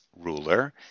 ruler